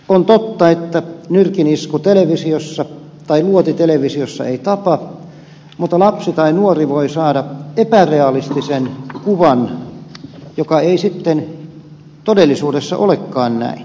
on totta että nyrkinisku televisiossa tai luoti televisiossa ei tapa mutta lapsi tai nuori voi saada epärealistisen kuvan joka ei sitten todellisuudessa olekaan näin